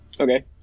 Okay